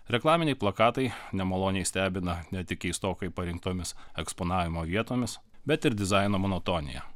reklaminiai plakatai nemaloniai stebina ne tik keistokai parinktomis eksponavimo vietomis bet ir dizaino monotonija